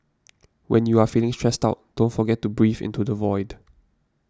when you are feeling stressed out don't forget to breathe into the void